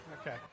okay